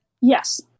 Yes